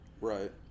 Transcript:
right